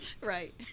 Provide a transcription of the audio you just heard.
right